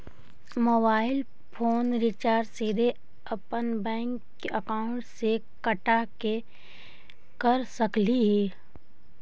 Mobile phone recharge सीधे अपन bank account से कटा के कर सकली ही?